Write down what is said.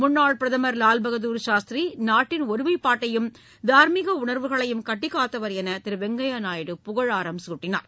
முன்னாள் பிரதமர் லால் பகதூர் சாஸ்திரி நாட்டின் ஒருமைப்பாட்டையும் தார்மீக உணர்வுகளையும் கட்டிக்காத்தவர் என திரு வெங்கய்ய நாயுடு புகழாரம் குட்டினார்